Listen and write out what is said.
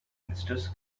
ministers